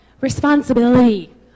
Responsibility